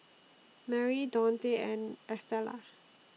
Merri Daunte and Estella